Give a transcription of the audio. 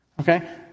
Okay